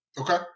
Okay